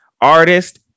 artist